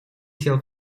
сел